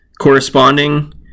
corresponding